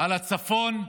על הצפון,